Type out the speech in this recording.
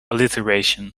alliteration